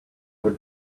had